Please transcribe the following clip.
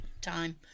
time